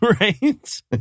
Right